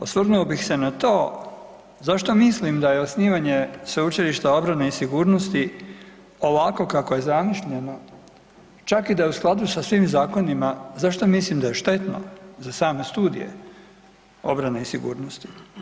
Osvrnuo bih se na to zašto mislim da je osnivanje Sveučilišta obrane i sigurnosti ovako kako je zamišljeno, čak i da je u skladu sa svim zakonima, zašto mislim da je štetno za same studije obrane i sigurnosti?